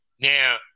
Now